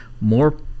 more